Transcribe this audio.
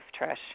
Trish